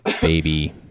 baby